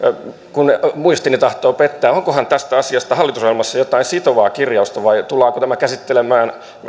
kun muistini tahtoo pettää onkohan tästä asiasta hallitusohjelmassa jotain sitovaa kirjausta vai tullaanko tämä käsittelemään